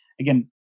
again